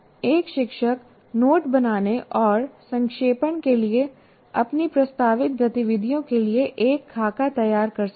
एक शिक्षक नोट बनाने और संक्षेपण के लिए अपनी प्रस्तावित गतिविधियों के लिए एक खाका तैयार कर सकता है